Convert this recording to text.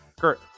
Kurt